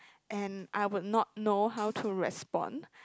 and I will not know how to response